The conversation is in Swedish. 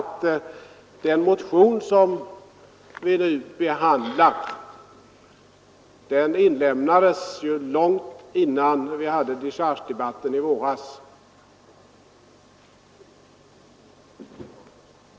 Den motion vi nu behandlar väcktes långt innan vi hade dechargedebatten i våras.